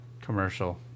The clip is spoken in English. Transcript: commercial